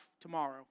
tomorrow